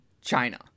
China